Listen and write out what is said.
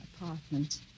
apartment